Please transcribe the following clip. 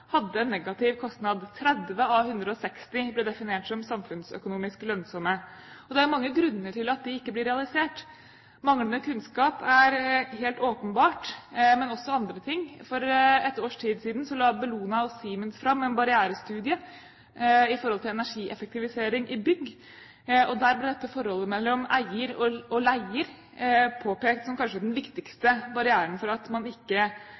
hadde en negativ kostnad. 30 av 160 ble definert som samfunnsøkonomisk lønnsomme. Det er jo mange grunner til at de ikke blir realisert. Manglende kunnskap er helt åpenbart, men også andre ting. For et års tid siden la Bellona og Siemens fram en barrierestudie når det gjelder energieffektivisering i bygg. Der ble dette forholdet mellom eier og leier påpekt som kanskje den viktigste barrieren for at man ikke